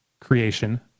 creation